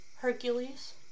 Hercules